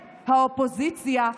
האופוזיציה,